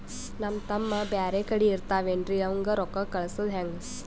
ನಮ್ ತಮ್ಮ ಬ್ಯಾರೆ ಕಡೆ ಇರತಾವೇನ್ರಿ ಅವಂಗ ರೋಕ್ಕ ಕಳಸದ ಹೆಂಗ?